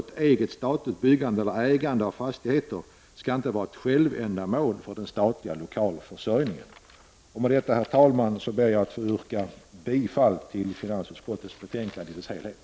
Ett eget statligt byggande eller ägande av fastigheter skall inte vara ett självändamål när det gäller den statliga lokalförsörjningen. Med detta, herr talman, ber jag att få yrka bifall till hemställan i finansutskottets betänkande 26.